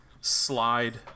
slide